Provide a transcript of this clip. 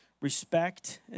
respect